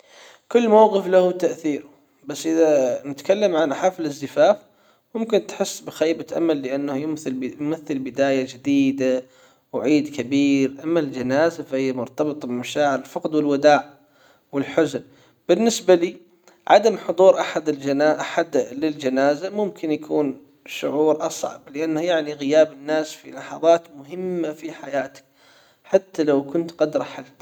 كل موقف له تأثيره بس اذا نتكلم عن حفل الزفاف ممكن تحس بخيبة أمل لأنه يمثل يمثل بداية جديدة وعيد كبير أما الجنازة فهي مرتبطة بمشاعر الفقد والوداع والحزن بالنسبة لي عدم حضور احد احد للجنازة ممكن يكون شعور اصعب لانه يعني غياب الناس في لحظات مهمة في حياتك حتى لو كنت قد رحلت.